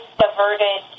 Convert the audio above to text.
diverted